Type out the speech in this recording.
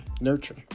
nurture